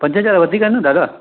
पंज हज़ार वधीक आहे न दादा